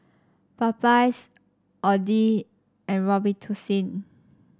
Popeyes Audi and Robitussin